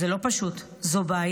זה לא פשוט, זו בעיה.